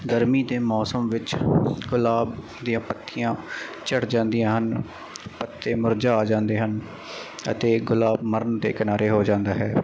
ਗਰਮੀ ਦੇ ਮੌਸਮ ਵਿੱਚ ਗੁਲਾਬ ਦੀਆਂ ਪੱਤੀਆਂ ਝੜ੍ਹ ਜਾਂਦੀਆਂ ਹਨ ਪੱਤੇ ਮੁਰਝਾ ਜਾਂਦੇ ਹਨ ਅਤੇ ਗੁਲਾਬ ਮਰਨ ਦੇ ਕਿਨਾਰੇ ਹੋ ਜਾਂਦਾ ਹੈ